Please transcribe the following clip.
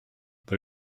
they